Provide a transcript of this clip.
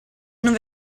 non